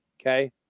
Okay